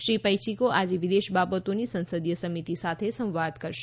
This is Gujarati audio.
શ્રી પૈયીકો આજે વિદેશ બાબતોની સંસદીય સમિતિ સાથે સંવાદ કરશે